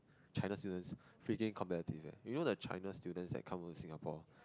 China students freaking competitive eh you know the China students that come to Singapore